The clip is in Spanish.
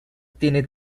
tiene